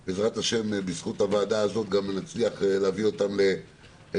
שבזכות הוועדה הזו גם נצליח להביא לחקיקה,